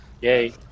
yay